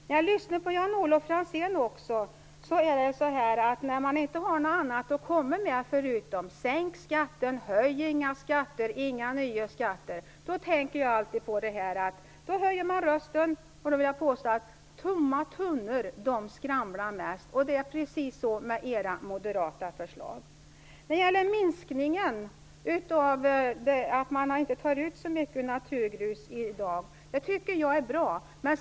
När man inte har någonting annat att komma med förutom sänk skatten, höj inga skatter, inför inga nya skatter, då höjer man rösten. Jag vill påstå att tomma tunnor skramlar mest. Och precis så är det med era moderata förslag. När det gäller minskningen av naturgrusuttaget är den bra.